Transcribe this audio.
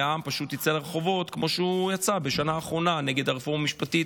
והעם פשוט יצא לרחובות כמו שהוא יצא בשנה האחרונה נגד הרפורמה המשפטית,